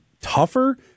tougher